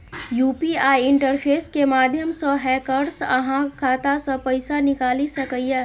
UPI interface के माध्यम सं हैकर्स अहांक खाता सं पैसा निकालि सकैए